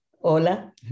Hola